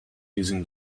using